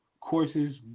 courses